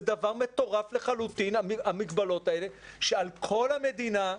זה דבר מטורף לחלוטין, המגבלות האלה על כל המדינה,